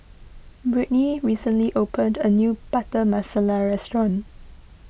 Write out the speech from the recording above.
Brittni recently opened a new Butter Masala restaurant